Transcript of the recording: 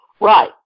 Right